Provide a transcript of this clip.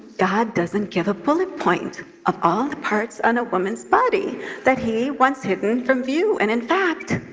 god doesn't give a bullet point of all the parts on a woman's body that he wants hidden from view. and in fact,